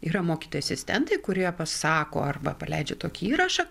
yra mokyti asistentai kurie pasako arba paleidžia tokį įrašą